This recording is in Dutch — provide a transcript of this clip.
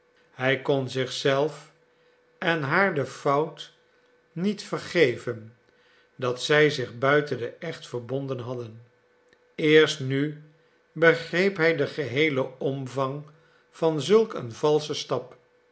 hij kon zich zelf en haar de fout niet vergeven dat zij zich buiten den echt verbonden hadden eerst nu begreep hij den geheelen omvang van zulk een valschen stap